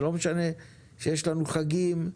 זה לא משנה שיש לנו חגים,